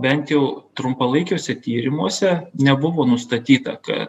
bent jau trumpalaikiuose tyrimuose nebuvo nustatyta ka